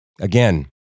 Again